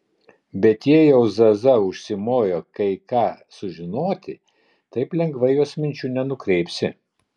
bet jei jau zaza užsimojo kai ką sužinoti taip lengvai jos minčių nenukreipsi